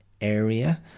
area